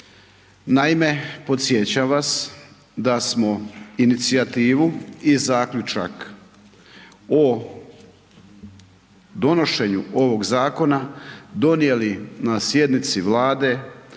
Naime, podsjećam vas da smo inicijativu i zaključak o donošenju ovoga Zakona donijeli na sjednici Vlade